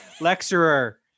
lecturer